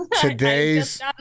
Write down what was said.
today's